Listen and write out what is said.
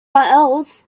urls